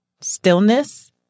stillness